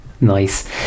nice